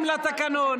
רדו כבר, רדו.